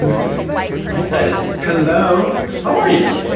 and three hi, tituss hello how are you?